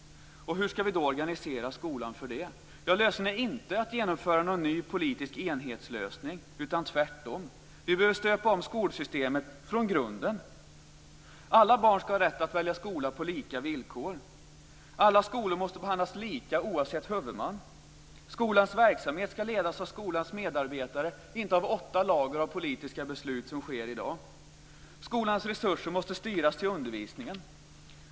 Hur ska vi då organisera skolan för det? Ja, lösningen är inte att genomföra någon ny politisk enhetslösning. Tvärtom behöver vi stöpa om skolsystemet från grunden. Alla barn ska ha rätt att välja skola på lika villkor. Alla skolor måste behandlas lika oavsett huvudman. Skolans verksamhet ska ledas av skolans medarbetare, inte av åtta lager av politiska beslut, vilket sker i dag. Skolans resurser måste styras till undervisningen.